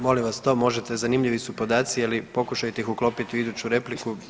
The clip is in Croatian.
Molim vas to možete, zanimljivi su podaci ali pokušajte ih uklopiti u iduću repliku.